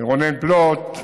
רונן פלוט,